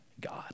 God